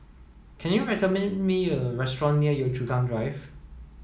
can you recommend me a restaurant near Yio Chu Kang Drive